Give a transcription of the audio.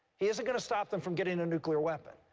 he isn't going to stop them from getting a nuclear weapon.